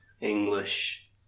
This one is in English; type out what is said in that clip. English